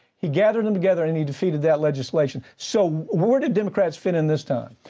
he gathered them together and he defeated that legislation. so where do democrats fit in this time?